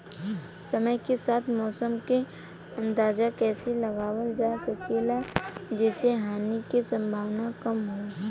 समय के साथ मौसम क अंदाजा कइसे लगावल जा सकेला जेसे हानि के सम्भावना कम हो?